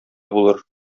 булыр